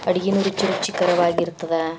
ಅಡುಗೇನೂ ರುಚಿ ರುಚಿಕರವಾಗಿರ್ತದೆ